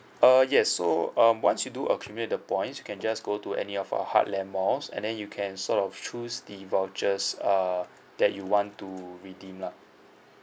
uh yes so um once you do accumulate the points you can just go to any of our heartland malls and then you can sort of choose the vouchers err that you want to redeem lah